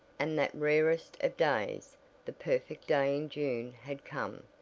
and that rarest of days the perfect day in june had come.